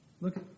look